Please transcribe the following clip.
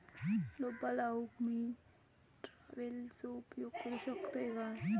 रोपा लाऊक मी ट्रावेलचो उपयोग करू शकतय काय?